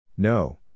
No